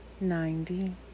ninety